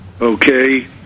Okay